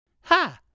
Ha